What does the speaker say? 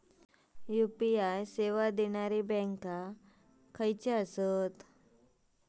UPI सेवा देणारे bank खयचे आसत?